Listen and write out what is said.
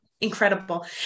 incredible